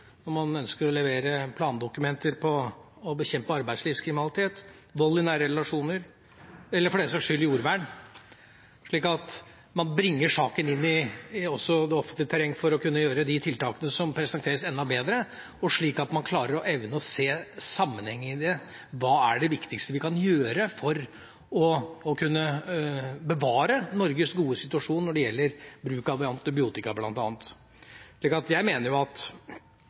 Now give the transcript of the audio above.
når man ønsker å levere plandokumenter om å bekjempe arbeidslivskriminalitet, vold i nære relasjoner eller for den saks skyld jordvern – slik at man bringer saken inn i også det offentlige terreng for å kunne gjøre de tiltakene som presenteres, enda bedre, og slik at man evner å se sammenhengen i det: Hva er det viktigste vi kan gjøre for å kunne bevare Norges gode situasjon når det gjelder bruk av bl.a. antibiotika? Jeg mener at